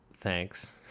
thanks